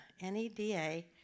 N-E-D-A